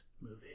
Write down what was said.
movie